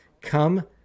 come